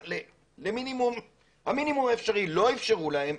המינימום האפשרי לא אפשרו להם.